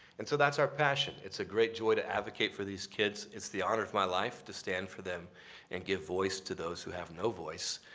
and so that's our passion. it's a great joy to advocate for these kids. it's the honor of my life to stand for them and give voice to those who have no voice,